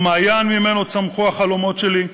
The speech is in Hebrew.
המעיין שממנו נולדו החלומות שלי,